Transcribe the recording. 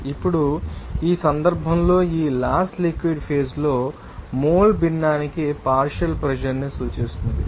ఇప్పుడు ఈ సందర్భంలో ఈ లాస్ లిక్విడ్ ఫేజ్ లో మోల్ భిన్నానికి పార్షియల్ ప్రెషర్ ని సూచిస్తుంది